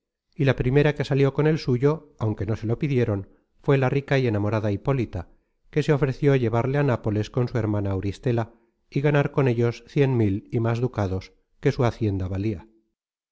y la primera que salió con el suyo aunque no se lo pidieron fué la rica y enamorada hipólita que le ofreció llevarle á nápoles con su hermana auristela y gastar con ellos cien mil y más ducados que su hacienda valia